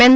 N